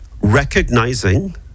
recognizing